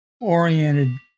oriented